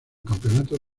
campeonatos